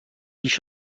ریش